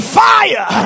fire